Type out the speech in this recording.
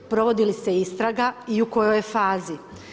Provodi li se istraga i u kojoj je fazi?